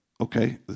okay